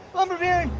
lumber baron,